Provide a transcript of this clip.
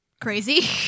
crazy